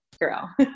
girl